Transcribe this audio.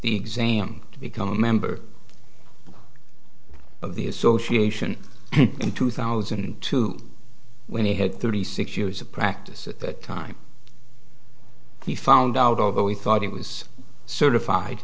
the exam to become a member of the association in two thousand and two when he had thirty six years of practice at that time he found out although he thought it was certified